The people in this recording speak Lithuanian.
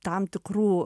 tam tikrų